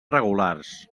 regulars